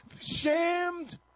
shamed